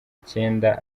icyenda